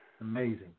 Amazing